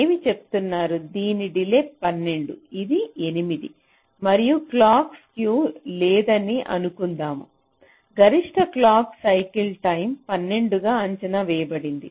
ఏమి చెప్తున్నారు దీని డిలే 12 ఇది 8 మరియు క్లాక్ స్క్యూ లేదని అనుకుందాము గరిష్ట క్లాక్ సైకిల్ టైం 12 గా అంచనా వేయబడింది